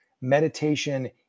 meditation